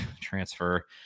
transfer